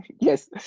yes